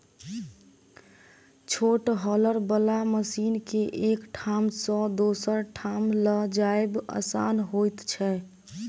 छोट हौलर बला मशीन के एक ठाम सॅ दोसर ठाम ल जायब आसान होइत छै